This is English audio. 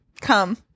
Come